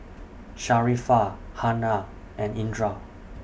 Sharifah Hana and Indra